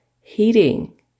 heating